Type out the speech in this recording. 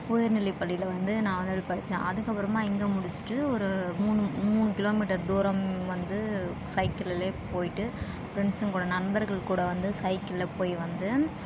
உயர்நிலை பள்ளியில் வந்து நான் வந்துட்டு படிச்சேன் அதுக்கு அப்புறமா இங்கே முடிச்சிட்டு ஒரு மூணு மூணு கிலோ மீட்டர் தூரம் வந்து சைக்கிளிலே போய்ட்டு ஃப்ரெண்ட்ஸ்ஸுங்களுடன் நண்பர்கள் கூட வந்து சைக்கிள்ல போய் வந்து